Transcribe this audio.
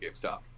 GameStop